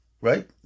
Right